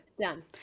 done